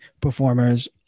performers